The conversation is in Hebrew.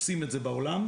עושים את זה בעולם.